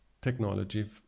technology